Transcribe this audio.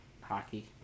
Hockey